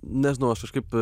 nežinau aš kažkaip